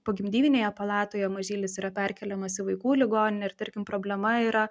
pogimdyvinėje palatoje mažylis yra perkeliamas į vaikų ligoninę ir tarkim problema yra